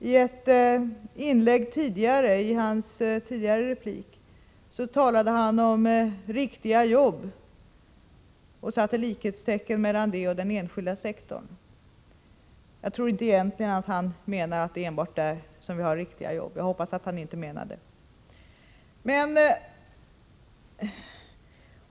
I en replik tidigare talade han om riktiga jobb och satte likhetstecken mellan dessa och den enskilda sektorn. Jag tror inte att han egentligen menar att det enbart är på den enskilda sektorn som det finns riktiga jobb. Jag hoppas att han inte menar det.